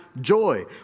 joy